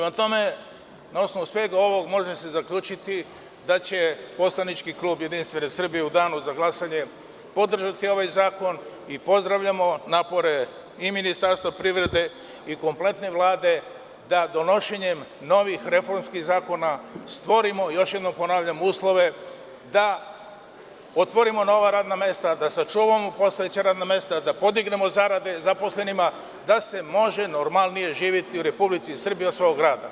Na osnovu svega ovoga može se zaključiti da će poslanički klub JS u Danu za glasanje podržati ovaj zakon i pozdravljamo napore Ministarstva privrede i kompletne Vlade da donošenjem novih reformskih zakona stvorimo uslove da otvorimo nova radna mesta, da sačuvamo postojeća radna mesta, da podignemo zarade zaposlenima, da se može normalnije živeti u Republici Srbiji od svog rada.